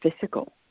physical